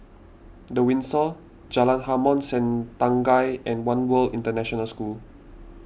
the Windsor Jalan Harom Setangkai and one World International School